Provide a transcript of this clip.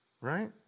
Right